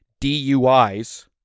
DUIs